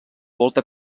volta